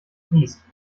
fließt